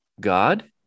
God